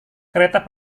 kereta